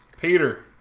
Peter